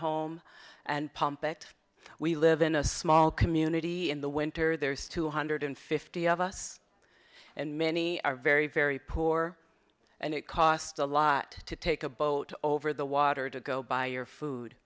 home and pump it we live in a small community in the winter there is two hundred fifty of us and many are very very poor and it costs a lot to take a boat over the water to go buy your food